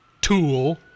tool